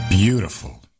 Beautiful